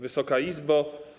Wysoka Izbo!